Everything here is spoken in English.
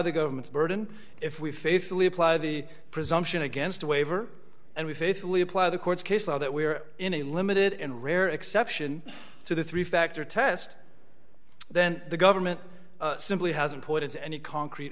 the government's burden if we faithfully apply the presumption against a waiver and we faithfully apply the court's case law that we're in a limited and rare exception to the three factor test then the government simply hasn't put into any concrete